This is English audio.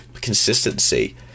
consistency